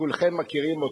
שכולכם מכירים אותו,